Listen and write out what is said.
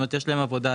יש להם עבודה,